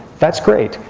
that's great.